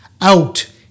Out